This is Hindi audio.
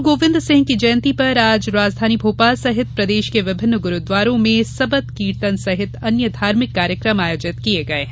गुरु गोविन्द सिंह की जयंती पर आज राजधानी भोपाल सहित प्रदेश के विभिन्न गुरुद्वारों में सबद कीर्तन सहित अन्य धार्मिक कार्यक्रम आयोजित किये गये हैं